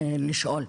לשאול.